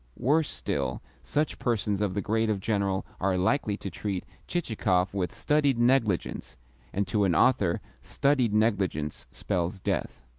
worse still, such persons of the grade of general are likely to treat chichikov with studied negligence and to an author studied negligence spells death.